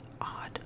Odd